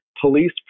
police